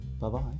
bye-bye